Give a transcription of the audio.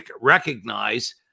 recognize